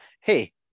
Hey